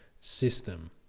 system